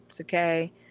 okay